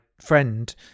friend